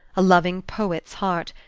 a loving poet's heart,